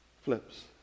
flips